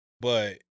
But-